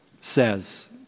says